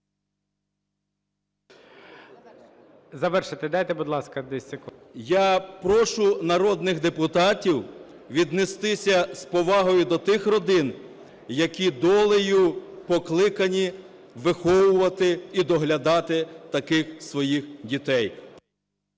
Завершити дайте, будь ласка, 10 секунд. ЦИМБАЛЮК М.М. Я прошу народних депутатів віднестися з повагою до тих родин, які долею покликані виховувати і доглядати таких своїх дітей.